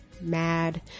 mad